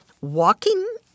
walking